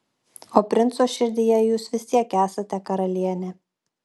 o princo širdyje jūs vis tiek esate karalienė